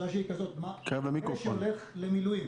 זה שיוצא למילואים